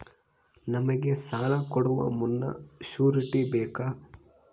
ನಮಗೆ ಸಾಲ ಕೊಡುವ ಮುನ್ನ ಶ್ಯೂರುಟಿ ಬೇಕಾ?